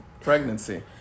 pregnancy